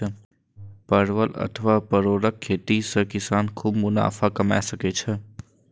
परवल अथवा परोरक खेती सं किसान खूब मुनाफा कमा सकै छै